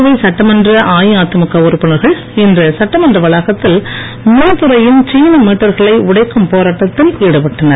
புதுவை சட்டமன்ற அஇஅதிமுக உறுப்பினர்கள் இன்று சட்டமன்ற வளாகத்தில் மின்துறையின் சீன மீட்டர்களை உடைக்கும் போராட்டத்தில் ஈடுபட்டனர்